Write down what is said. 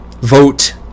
vote